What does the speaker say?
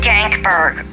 Dankberg